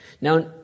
Now